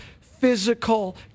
physical